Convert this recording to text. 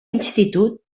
institut